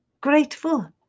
grateful